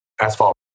asphalt